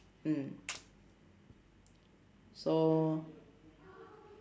um so